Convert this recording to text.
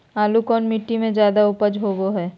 आलू कौन मिट्टी में जादा ऊपज होबो हाय?